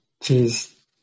please